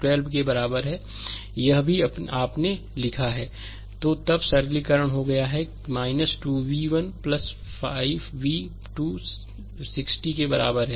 slide समय देखें 2017 तो तब सरलीकरण हो गया कि 2 v 1 5 v 2 60 के बराबर है